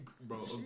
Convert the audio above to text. Bro